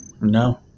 No